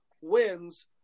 wins